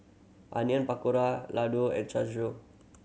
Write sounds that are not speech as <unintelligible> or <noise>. Onion Pakora Ladoo and <unintelligible>